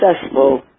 successful